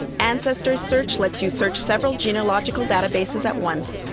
ancestors search lets you search several genealogical databases at once